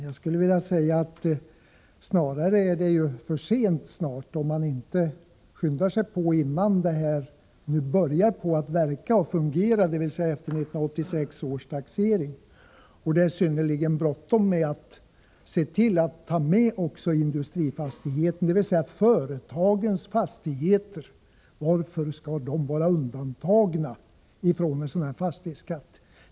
Jag skulle vilja säga att snarare blir det ju inom kort för sent, om man inte skyndar sig att göra något, innan systemet börjar verka och fungera, som det alltså gör efter 1986 års taxering. Det är synnerligen bråttom att se till att man tar med också industrifastigheterna. Varför skall företagens fastigheter vara undantagna från en sådan här fastighetskatt?